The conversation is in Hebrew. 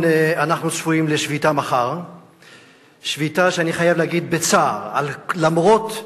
חבר הכנסת בן-סימון, בבקשה, אדוני.